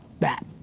that.